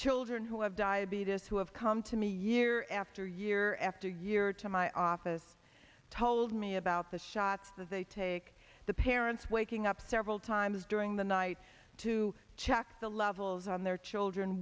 children who have diabetes who have come to me year after year after year to my office told me about the shots that they take the parents waking up several times during the night to check the levels on their children